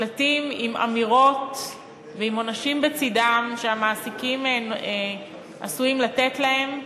שלטים עם אמירות ועם עונשים שהמעסיקים עשויים לתת להם,